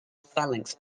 phalanx